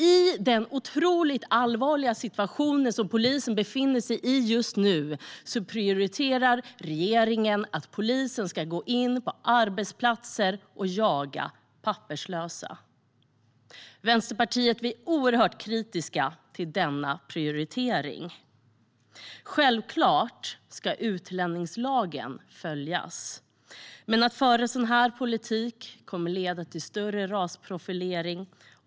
I den otroligt allvarliga situation som polisen befinner sig i just nu prioriterar regeringen att polisen ska gå in på arbetsplatser och jaga papperslösa. Vi i Vänsterpartiet är oerhört kritiska mot denna prioritering. Självklart ska utlänningslagen följas. Men en sådan här politik kommer att leda till större rasprofilering.